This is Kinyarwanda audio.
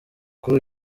kuri